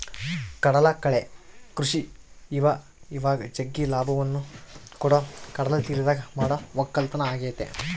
ಕಡಲಕಳೆ ಕೃಷಿ ಇವಇವಾಗ ಜಗ್ಗಿ ಲಾಭವನ್ನ ಕೊಡೊ ಕಡಲತೀರದಗ ಮಾಡೊ ವಕ್ಕಲತನ ಆಗೆತೆ